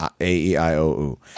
A-E-I-O-U